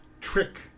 trick